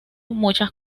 muchas